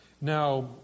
Now